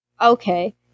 Okay